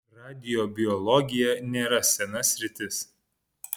radiobiologija nėra sena sritis